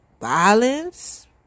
Violence